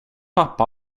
pappa